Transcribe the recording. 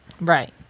right